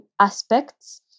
aspects